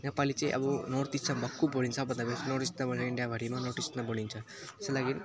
नेपाली चाहिँ अब नर्थइस्टमा भक्कु बोलिन्छ नर्थइस्ट नभएर इन्डियाभरिमा नर्थइस्टमा बोलिन्छ त्यसको लागि